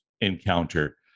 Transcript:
encounter